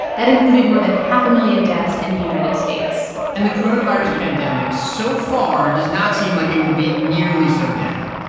that included more than half a million deaths in the united states and the coronavirus pandemic so far does not seem like it will be nearly so deadly.